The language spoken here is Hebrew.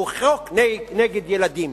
שהוא חוק נגד ילדים.